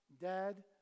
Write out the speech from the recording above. dad